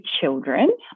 children